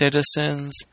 citizens